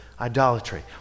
idolatry